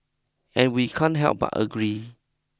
and we can't help but agree